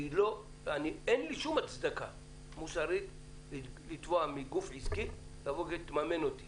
אין לי שום הצדקה מוסרית לתבוע מגוף עסקי לבוא ולממן אותי